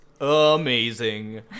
amazing